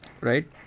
right